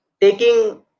taking